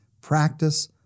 Practice